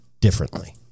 differently